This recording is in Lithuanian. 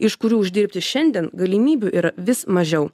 iš kurių uždirbti šiandien galimybių yra vis mažiau